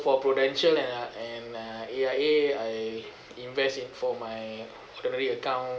for prudential uh and uh A_I_A I invest in for my ordinary account